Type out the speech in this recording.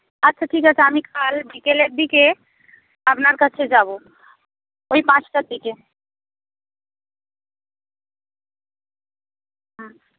আচ্ছা ঠিক আছে আমি কাল বিকেলের দিকে আপনার কাছে যাবো ওই পাঁচটার দিকে হুম